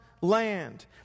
land